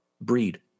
breed